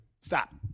Stop